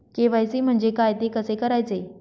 KYC म्हणजे काय? ते कसे करायचे?